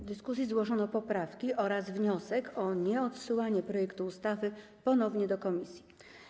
W dyskusji zgłoszono poprawki oraz wniosek o nieodsyłanie projektu ustawy do komisji.